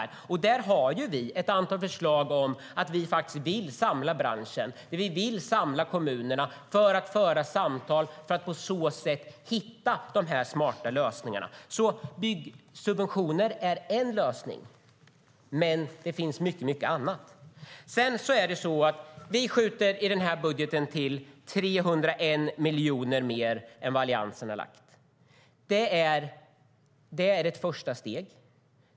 Där har vi ett antal förslag. Vi vill samla branschen och kommunerna för att föra samtal för att på så sätt hitta de smarta lösningarna. Byggsubventioner är en lösning, men det finns mycket annat. Vi skjuter i budgeten till 301 miljoner mer än Alliansen. Det är ett första steg.